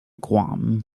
guam